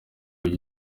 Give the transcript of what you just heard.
muri